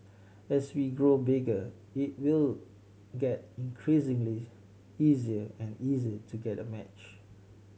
as we grow bigger it will get increasingly easier and easier to get a match